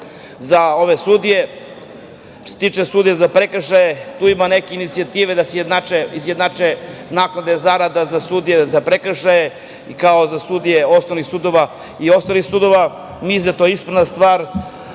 za ove sudije, što se tiče sudija za prekršaje, tu ima neke inicijative da se izjednače naknade zarada za sudije za prekršaje i za sudije osnovnih sudova i ostalih sudova. Mislim da je to ispravna stvar